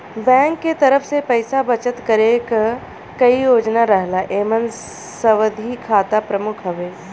bank के तरफ से पइसा बचत करे क कई योजना रहला एमन सावधि खाता प्रमुख हउवे